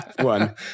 One